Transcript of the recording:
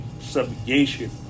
subjugation